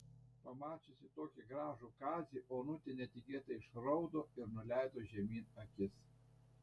pamačiusi tokį gražų kazį onutė netikėtai išraudo ir nuleido žemyn akis